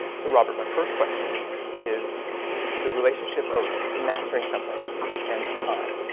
so robert, my first question is the relationship of mastering something and time.